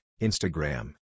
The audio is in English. Instagram